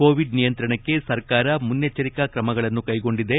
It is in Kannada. ಕೋವಿಡ್ ನಿಯಂತ್ರಣಕ್ಕೆ ಸರಕಾರ ಮುನ್ನೆಚ್ಚರಿಕಾ ಕ್ರಮಗಳನ್ನು ಕೈಗೊಂಡಿದೆ